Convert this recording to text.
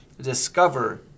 discover